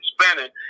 spinning